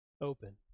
open